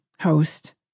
host